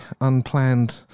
unplanned